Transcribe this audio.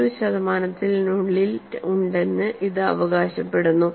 2 ശതമാനത്തിനുള്ളിൽ ഉണ്ടെന്ന് ഇത് അവകാശപ്പെടുന്നു